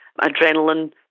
adrenaline